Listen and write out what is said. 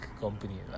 company